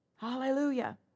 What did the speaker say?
Hallelujah